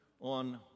on